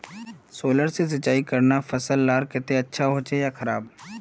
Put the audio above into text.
Solar से सिंचाई करना फसल लार केते अच्छा होचे या खराब?